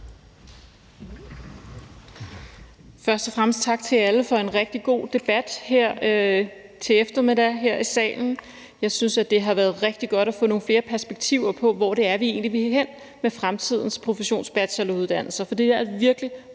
tak til jer alle for en rigtig god debat her til eftermiddag her i salen. Jeg synes, at det har været rigtig godt at få nogle flere perspektiver på, hvor det egentlig er, vi vil hen med fremtidens professionsbacheloruddannelser,